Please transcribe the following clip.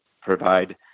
provide